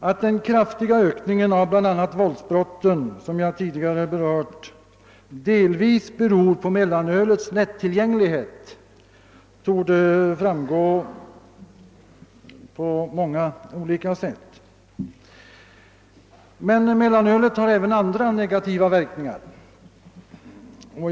Att den kraftiga ökning av bl.a. våldsbrotten, som jag tidigare berört, delvis beror på mellanölets lättillgänglighet torde framgå på många olika sätt. Men mellanölet har även andra negativa verkningar.